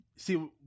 See